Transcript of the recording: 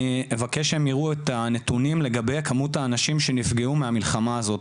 אני אבקש שהם יראו את הנתונים לגבי כמות האנשים שנפגעו מהמלחמה הזאת,